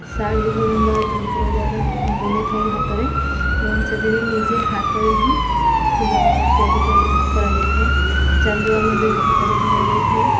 ଶାଢ଼ୀ ବୁଣିବା ଯନ୍ତ୍ର ଦ୍ୱାରା ବୁଣିଥାଉ ହାତରେ ଏବଂ ସେଥିରେ ନିଜେ ହାତରେ ହିଁ ଫୁଲ ତିଆରି କରି କରାଯାଇଥାଏ ଚାନ୍ଦୁଆ ମଧ୍ୟ ହାତରେ ବୁଣାଯାଇଥାଏ